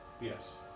Yes